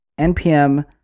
NPM